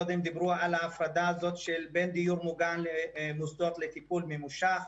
מקודם דיברו על ההפרדה הזאת שבין דיור מוגן למוסדות לטיפול ממושך.